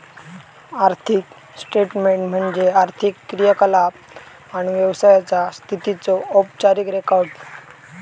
आर्थिक स्टेटमेन्ट म्हणजे आर्थिक क्रियाकलाप आणि व्यवसायाचा स्थितीचो औपचारिक रेकॉर्ड